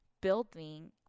building